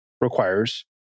requires